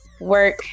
work